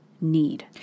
need